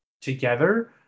together